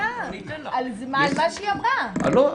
פעם ראשונה שדנים בנושא חשוב